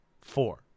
four